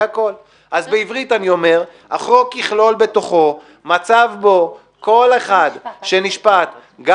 אז בעברית אני אומר שהחוק יכלול בתוכו מצב שבו כל אחד שנשפט גם